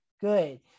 good